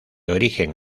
origen